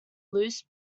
loose